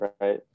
right